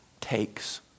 takes